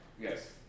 Yes